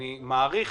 אני מעריך